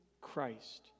Christ